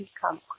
come